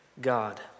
God